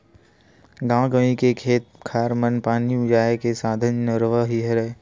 गाँव गंवई के खेत खार मन म पानी जाय के साधन नरूवा ही हरय